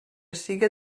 siga